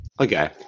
Okay